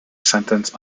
sentence